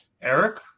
Eric